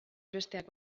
besteak